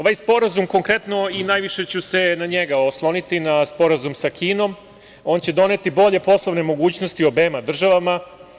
Ovaj sporazum konkretno, i najviše ću se na njega osloniti, na Sporazum sa Kinom, on će doneti bolje poslovne mogućnosti obema državama.